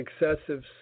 excessive